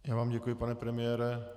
Já vám děkuji, pane premiére.